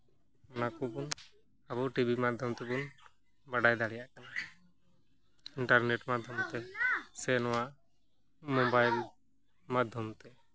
ᱚᱱᱟ ᱠᱚᱵᱚᱱ ᱟᱵᱚ ᱴᱤ ᱵᱷᱤ ᱢᱟᱫᱽᱫᱷᱚᱢ ᱛᱮᱵᱚᱱ ᱵᱟᱰᱟᱭ ᱫᱟᱲᱮᱭᱟᱜ ᱠᱟᱱᱟ ᱤᱱᱴᱟᱨᱱᱮᱹᱴ ᱢᱟᱫᱽᱫᱷᱚᱢ ᱛᱮ ᱥᱮ ᱱᱚᱣᱟ ᱢᱳᱵᱟᱭᱤᱞ ᱢᱟᱫᱽᱫᱷᱚᱢ ᱛᱮ